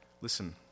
Listen